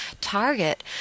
target